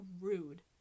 rude